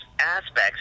Aspects